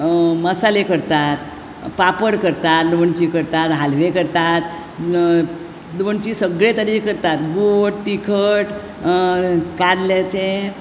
मसाले करतात पापड करतात लोणचीं करतात हालवे करतात लोणचीं सगळे तरेची करतात गोड तिखट कारल्याचे